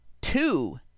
two